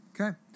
Okay